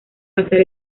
pasar